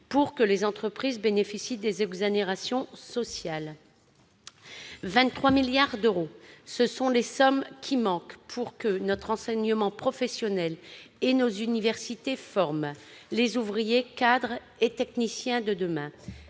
pour que les entreprises puissent bénéficier des exonérations sociales. Or 23 milliards d'euros, c'est la somme qui manque à notre enseignement professionnel et à nos universités pour former les ouvriers, cadres et techniciens de demain